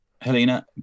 Helena